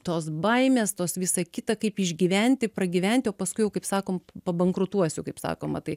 tos baimės tos visa kita kaip išgyventi pragyventi o paskui jau kaip sakom pabankrutuosiu kaip sakoma tai